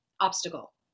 obstacle